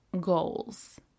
goals